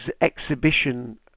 exhibition